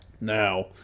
Now